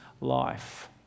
life